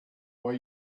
why